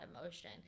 emotion